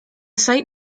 site